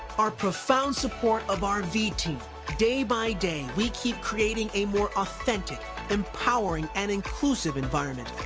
our profound support of our v team day by day we keep creating a more authentic empowering and inclusive environment.